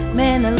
man